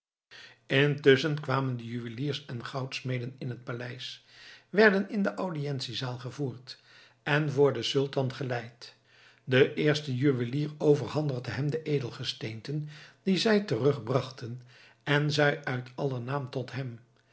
intusschen kwamen de juweliers en goudsmeden in het paleis werden in de audiëntie zaal gevoerd en voor den sultan geleid de eerste juwelier overhandigde hem de edelgesteenten die zij terugbrachten en zei uit aller naam tot hem